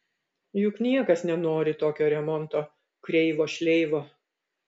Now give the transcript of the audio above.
juk niekas nenori tokio remonto kreivo šleivo